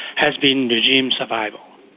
has been regime survival.